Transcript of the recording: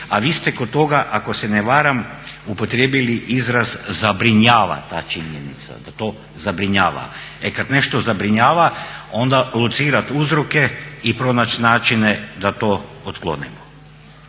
a vi ste kod toga ako se ne varam upotrijebili izraz zabrinjava ta činjenica, da to zabrinjava. E kad nešto zabrinjava onda locirati uzroke i pronaći načine da to otklonimo.